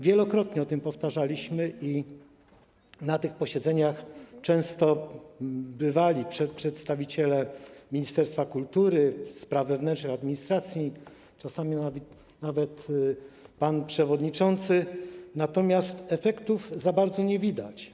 Wielokrotnie to powtarzaliśmy i na tych posiedzeniach często bywali przedstawiciele ministerstwa kultury, Ministerstwa Spraw Wewnętrznych i Administracji, czasami nawet pan przewodniczący, natomiast efektów za bardzo nie widać.